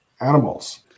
animals